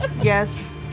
Yes